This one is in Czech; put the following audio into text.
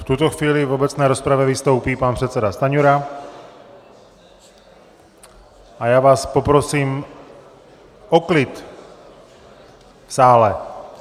V tuto chvíli v obecné rozpravě vystoupí pan předseda Stanjura a já vás poprosím o klid v sále.